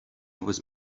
was